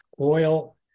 oil